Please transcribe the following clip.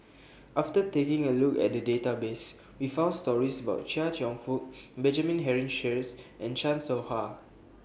after taking A Look At The Database We found stories about Chia Cheong Fook Benjamin Henry Sheares and Chan Soh Ha